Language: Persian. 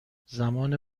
زمان